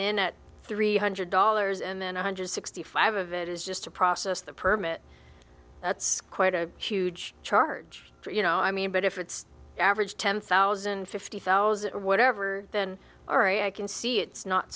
in a three hundred dollars and then one hundred sixty five of it is just to process the permit that's quite a huge charge you know i mean but if it's average temp thousand fifty thousand or whatever then already i can see it's not